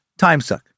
timesuck